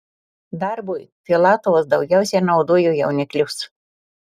darbui filatovas daugiausiai naudojo jauniklius